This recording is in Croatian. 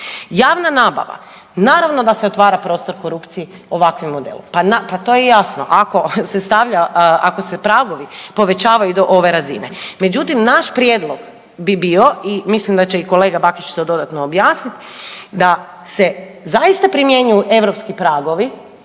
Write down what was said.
Javna nabava, naravno da se otvara prostor korupciji ovakvim modelom. Pa to je jasno, ako se stavlja, ako se pragovi povećavaju do ove razine, međutim, naš prijedlog bi bio i mislim da će i kolega Bakić to dodatno objasniti, da se zaista primjenjuju europski pragovi